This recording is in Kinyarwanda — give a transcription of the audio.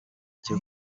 cyo